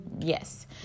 Yes